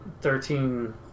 Thirteen